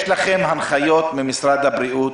יש לכם הנחיות ממשרד הבריאות?